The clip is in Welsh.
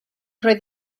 roedd